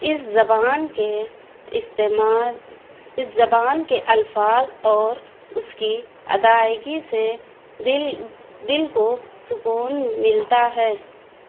اس زبان کے استعمال اس زبان کے الفاظ اور اس کی ادائیگی سے دل دل کو سکون ملتا ہے